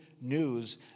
news